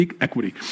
equity